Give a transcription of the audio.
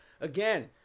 Again